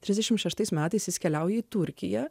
trisdešimt šeštais metais jis keliauja į turkiją